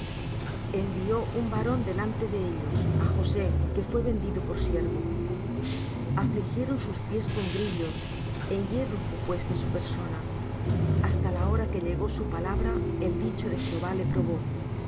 envió un varón delante de ellos a josé que fué vendido por siervo afligieron sus pies con grillos en hierro fué puesta su persona hasta la hora que llegó su palabra el dicho de jehová le probó